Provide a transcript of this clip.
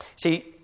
See